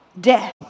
Death